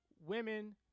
women